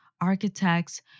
architects